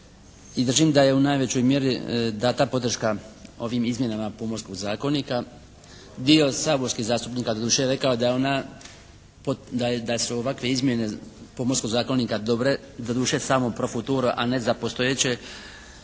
i držim da je u najvećoj mjeri da ta podrška ovim izmjenama Pomorskog zakonika, dio saborskih zastupnika doduše je rekao da je ona, da su ovakve izmjene Pomorskog zakonika dobre, doduše samo profuturo a ne za postojeće